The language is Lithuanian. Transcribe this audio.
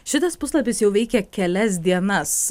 šitas puslapis jau veikia kelias dienas